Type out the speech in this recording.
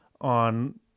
on